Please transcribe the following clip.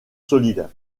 solides